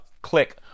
click